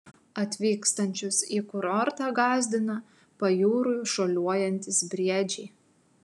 atvykstančius į kurortą gąsdina pajūriu šuoliuojantys briedžiai